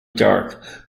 dark